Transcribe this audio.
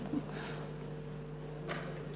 גברתי היושבת-ראש,